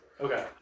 Okay